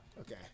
Okay